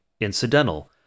incidental